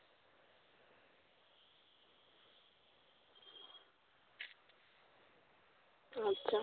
ᱟᱪᱪᱷᱟ